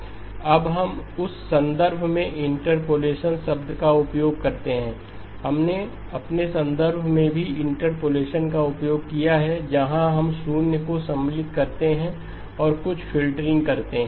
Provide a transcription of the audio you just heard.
अब हम उस संदर्भ में इंटरपोलेशन शब्द का उपयोग करते हैं हमने अपने संदर्भ में भी इंटरपोलेशन का उपयोग किया है जहां हम शून्य को सम्मिलित करते हैं और कुछ फ़िल्टरिंग करते हैं